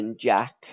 Jack